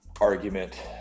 argument